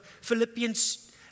Philippians